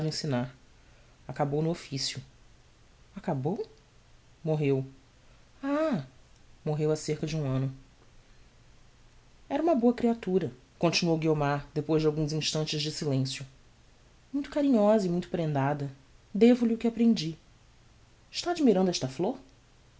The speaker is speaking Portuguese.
ensinar acabou no officio acabou morreu ah morreu ha cerca de um anno era uma boa creatura continuou guiomar depois de alguns instantes de silencio muito carinhosa e muito prendada devo-lhe o que aprendi está admirando esta flor